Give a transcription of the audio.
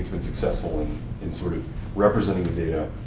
been successful in sort of representing the data,